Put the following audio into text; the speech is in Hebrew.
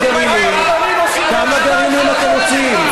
כמה גרעינים אתם מוציאים?